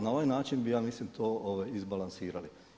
Na ovaj način bi ja mislim to izbalansirali.